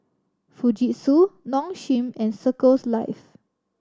Fujitsu Nong Shim and Circles Life